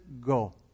go